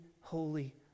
holy